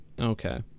Okay